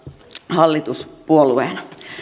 hallituspuolueena